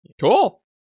cool